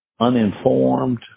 uninformed